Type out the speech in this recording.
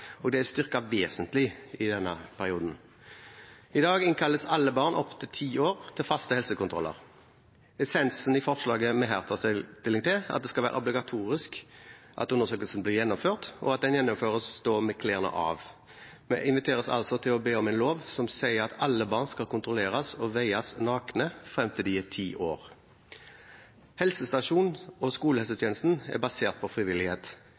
denne perioden. I dag innkalles alle barn opp til ti år til faste helsekontroller. Essensen i forslaget vi her tar stilling til, er at det skal være obligatorisk at undersøkelsen blir gjennomført, og at den gjennomføres med klærne av. Vi inviteres altså til å be om en lov som sier at alle barn skal kontrolleres og veies nakne frem til de er ti år. Helsestasjons- og skolehelsetjenesten er basert på frivillighet.